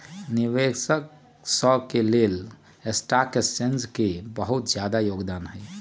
निवेशक स के लेल स्टॉक एक्सचेन्ज के बहुत जादा योगदान हई